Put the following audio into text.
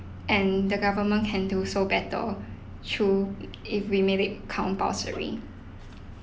and the government can do so better through if we made it compulsory